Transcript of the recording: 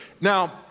Now